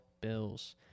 Bills